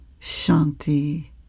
Shanti